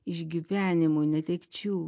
išgyvenimų netekčių